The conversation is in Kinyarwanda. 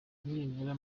nibura